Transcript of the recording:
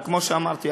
כמו שאמרתי,